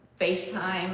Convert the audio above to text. FaceTime